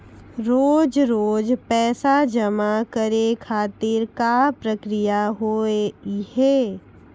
रोज रोज पैसा जमा करे खातिर का प्रक्रिया होव हेय?